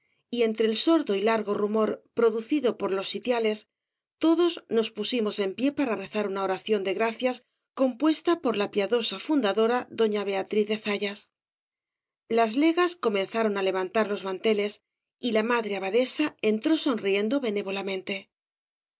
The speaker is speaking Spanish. y entre el sordo y largo rumor producido por los sitiales todos nos pusimos en pie para rezar una oración de gracias compuesta por la piadosa fundadora doña beatriz de zayas las legas comenzaron á levantar los manteles y la madre abadesa entró sonriendo